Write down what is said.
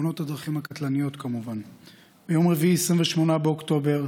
ביום רביעי 28 באוקטובר,